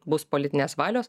bus politinės valios